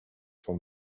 from